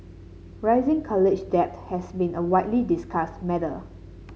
rising college debt has been a widely discussed matter